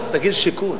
אז תגיד: שיכון.